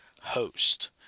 host